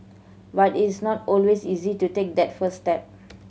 but it's not always easy to take that first step